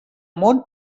món